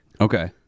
Okay